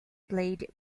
played